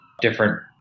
different